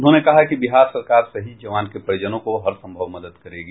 उन्होंने कहा कि बिहार सरकार शहीद जवान के परिजनों को हर संभव मदद करेगी